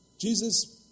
Jesus